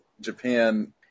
Japan